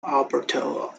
umberto